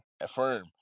affirm